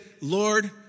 Lord